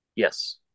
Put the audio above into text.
Yes